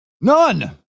None